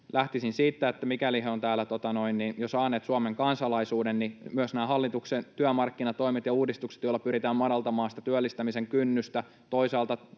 Lähtisin siitä, että mikäli he ovat täällä jo saaneet Suomen kansalaisuuden, niin myös näillä hallituksen työmarkkinatoimilla ja uudistuksilla, joilla pyritään madaltamaan sitä työllistämisen kynnystä ja toisaalta